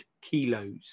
kilos